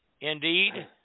indeed